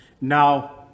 now